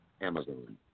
Amazon